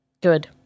good